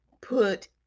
put